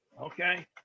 Okay